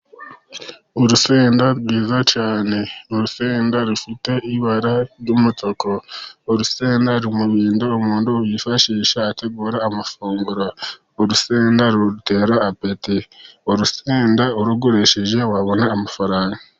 Urusenda rwiza cyane. Urusenda rufite ibara ry'umutu. Urusenda ruri mubintu umuntu yifashisha ategura amafunguro. Urusenda rutera apeti. Urusenda urugurishije wabona amafaranga.